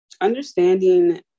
understanding